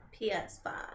PS5